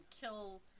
kill